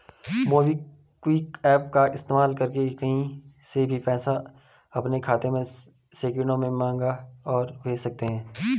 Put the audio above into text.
MobiKwik app का इस्तेमाल करके कहीं से भी पैसा अपने खाते में सेकंडों में मंगा और भेज सकते हैं